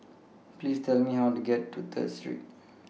Please Tell Me How to get to Third Street